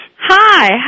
Hi